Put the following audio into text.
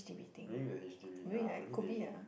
then you have H_D_B ah maybe they